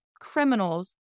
criminals